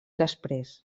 després